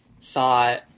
thought